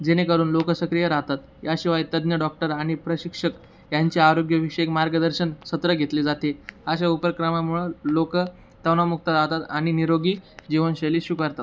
जेणेकरून लोक सक्रिय राहतात याशिवाय तज्ञ डॉक्टर आणि प्रशिक्षक यांचे आरोग्यविषयक मार्गदर्शन सत्र घेतले जाते अशा उपक्रमामुळं लोकं तणावमुक्त राहतात आणि निरोगी जीवनशैली स्वीकारतात